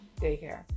daycare